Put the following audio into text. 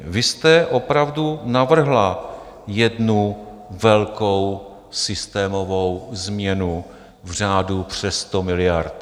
Vy jste opravdu navrhla jednu velkou systémovou změnu v řádu přes 100 miliard.